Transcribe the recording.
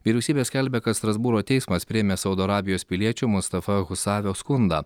vyriausybė skelbia kad strasbūro teismas priėmė saudo arabijos piliečio mustafa husavio skundą